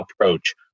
approach